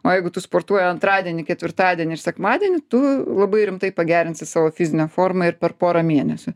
o jeigu tu sportuoji antradienį ketvirtadienį ir sekmadienį tu labai rimtai pagerinsi savo fizinę formą ir per porą mėnesių